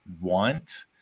want